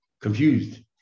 confused